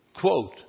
Quote